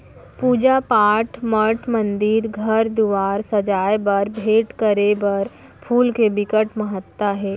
पूजा पाठ, मठ मंदिर, घर दुवार सजाए बर, भेंट करे बर फूल के बिकट महत्ता हे